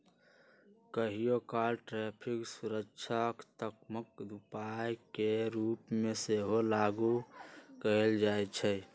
कहियोकाल टैरिफ सुरक्षात्मक उपाय के रूप में सेहो लागू कएल जाइ छइ